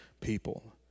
people